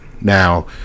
Now